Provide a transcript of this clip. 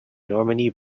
normandy